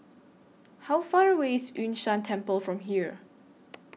How Far away IS Yun Shan Temple from here